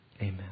Amen